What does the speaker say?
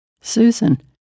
Susan